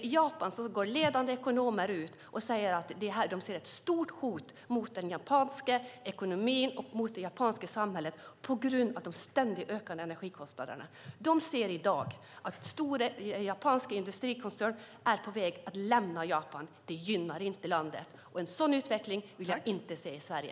I Japan går ledande ekonomer ut och säger att de ser ett stort hot mot den japanska ekonomin och det japanska samhället på grund av de ständigt ökande energikostnaderna. I dag ser de att stora japanska energikoncerner är på väg att lämna Japan. Det gynnar inte landet. En sådan utveckling vill jag inte se i Sverige!